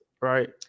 right